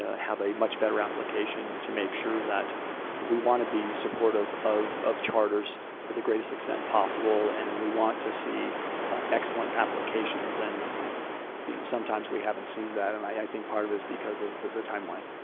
ah have a much better application to make sure that we want to be supportive of of charters to the greatest extent possible. and we want to see excellent applications. and you know sometimes we haven't seen that. and i think part of it is because of the timeline.